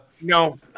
no